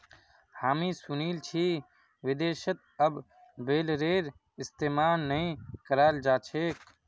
हामी सुनील छि विदेशत अब बेलरेर इस्तमाल नइ कराल जा छेक